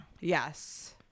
Yes